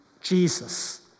Jesus